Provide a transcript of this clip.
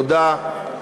תודה.